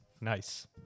Nice